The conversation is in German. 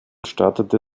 startete